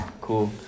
Cool